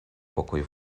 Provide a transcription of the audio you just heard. pokoj